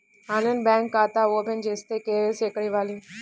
ఆన్లైన్లో బ్యాంకు ఖాతా ఓపెన్ చేస్తే, కే.వై.సి ఎక్కడ ఇవ్వాలి?